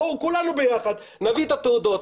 בואו כולנו ביחד נביא את התעודות,